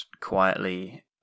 quietly